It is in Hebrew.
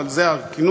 אבל זה הכינוי,